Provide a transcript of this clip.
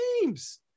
games